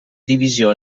divisió